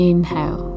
Inhale